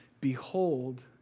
Behold